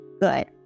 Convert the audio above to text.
good